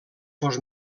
fos